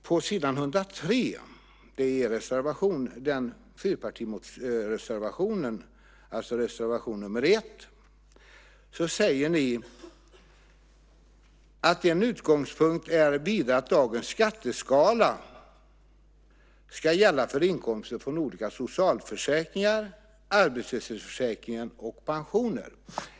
På s. 103 i betänkandet säger ni i er fyrpartireservation, reservation 1: "En utgångspunkt är vidare att dagens skatteskala ska gälla för inkomster från olika socialförsäkringar, arbetslöshetsförsäkringen och pensioner."